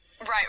Right